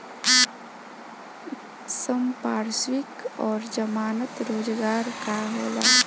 संपार्श्विक और जमानत रोजगार का होला?